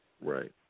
Right